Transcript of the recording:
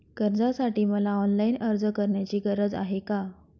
कर्जासाठी मला ऑनलाईन अर्ज करण्याची गरज आहे का?